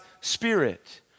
spirit